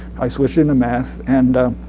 i switched into math. and